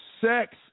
Sex